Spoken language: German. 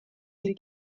die